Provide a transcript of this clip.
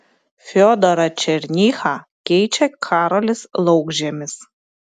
fiodorą černychą keičia karolis laukžemis